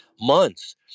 months